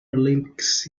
olympics